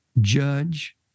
judge